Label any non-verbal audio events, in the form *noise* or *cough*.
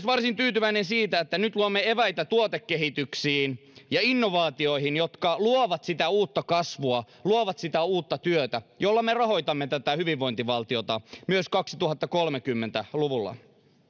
*unintelligible* varsin tyytyväinen myös siitä että nyt luomme eväitä tuotekehityksiin ja innovaatioihin jotka luovat sitä uutta kasvua luovat sitä uutta työtä jolla me rahoitamme tätä hyvinvointivaltiota myös kaksituhattakolmekymmentä luvulla